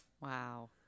Wow